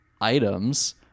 items